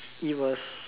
it was